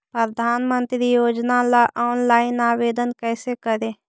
प्रधानमंत्री योजना ला ऑनलाइन आवेदन कैसे करे?